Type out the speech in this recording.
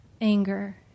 anger